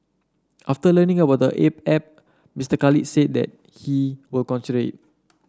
after learning about the app Mister Khalid said that he will consider it